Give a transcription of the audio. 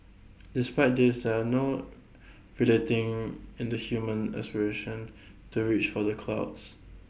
despite this are no relenting in the human aspiration to reach for the clouds